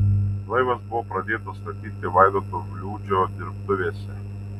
laivas buvo pradėtas statyti vaidoto bliūdžio dirbtuvėse